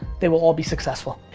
they will all be successful.